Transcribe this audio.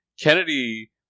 Kennedy